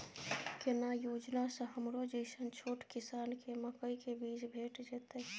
केना योजना स हमरो जैसन छोट किसान के मकई के बीज भेट जेतै?